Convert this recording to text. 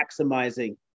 maximizing